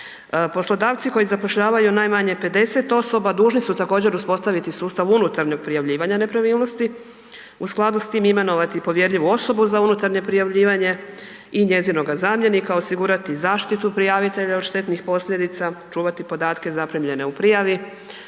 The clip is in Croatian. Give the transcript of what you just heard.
Poslodavci koji zapošljavaju najmanje 50 osoba dužni su također uspostaviti sustav unutarnjeg prijavljivanja nepravilnosti u skladu s tim imenovati povjerljivu osobu za unutarnje prijavljivanje i njezinoga zamjenika, osigurati zaštitu prijavitelja od štetnih posljedica, čuvati podatke zaprimljene u prijavi